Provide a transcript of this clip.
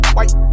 White